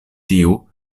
tiu